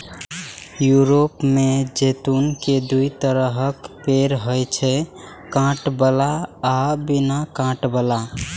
Europe मे जैतून के दू तरहक पेड़ होइ छै, कांट बला आ बिना कांट बला